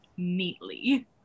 neatly